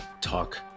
Talk